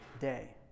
day